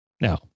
now